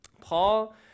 Paul